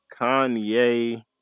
Kanye